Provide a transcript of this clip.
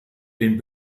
den